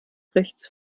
rechts